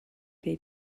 they